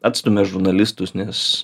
atstumia žurnalistus nes